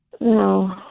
No